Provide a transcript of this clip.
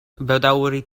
bedaŭri